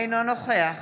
אינו נוכח